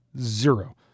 Zero